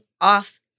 off